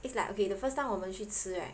it's like okay the first time 我们去吃 right